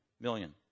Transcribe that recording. million